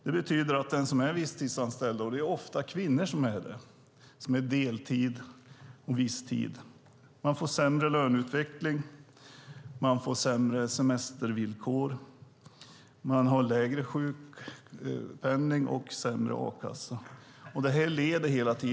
Det betyder att den som är visstidsanställd - och det är ofta kvinnor som är det, de jobbar deltid och viss tid - får sämre löneutveckling, sämre semestervillkor, lägre sjukpenning och sämre a-kassa.